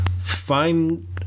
find